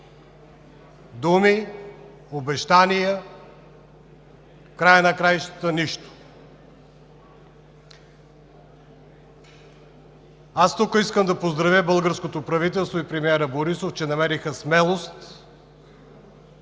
Думи, обещания и в края на краищата – нищо. Искам да поздравя българското правителство и премиера Борисов, че намериха смелост,